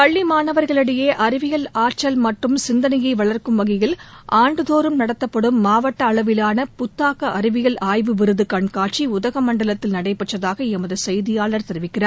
பள்ளி மாணவர்களிடையே அறிவியல் ஆற்றல் மற்றும் சிந்தனையை வளர்க்கும் வகையில் ஆண்டுதோறும் நடத்தப்படும் மாவட்ட அளவிலான புத்தாக்க அறிவியல் ஆய்வு விருது கண்காட்சி உதகமண்டலத்தில் நடைபெற்றதாக எமது செய்தியாளர் தெரிவிக்கிறார்